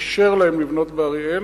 אישר להם לבנות באריאל,